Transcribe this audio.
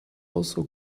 also